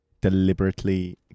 deliberately